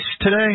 today